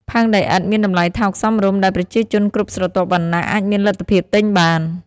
ផើងដីឥដ្ឋមានតម្លៃថោកសមរម្យ ដែលប្រជាជនគ្រប់ស្រទាប់វណ្ណៈអាចមានលទ្ធភាពទិញបាន។